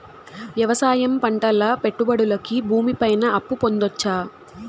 వ్యవసాయం పంటల పెట్టుబడులు కి భూమి పైన అప్పు పొందొచ్చా?